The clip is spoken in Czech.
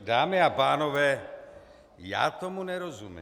Dámy a pánové, já tomu nerozumím.